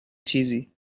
چیزی